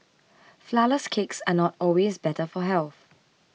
Flourless Cakes are not always better for health